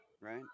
right